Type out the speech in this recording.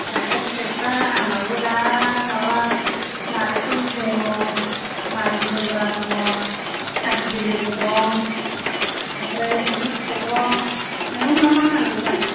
जाग्रा फिथाइफ्रा आंनावबो दा माबा नारेंखल दङ नारें जुमब्रा दङ खाजि लेबु दं ओमफ्राय सुमफ्राम फिथाइ दं नोंनो मामा नांगौमोन